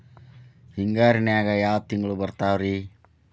ಹಿಂಗಾರಿನ್ಯಾಗ ಯಾವ ತಿಂಗ್ಳು ಬರ್ತಾವ ರಿ?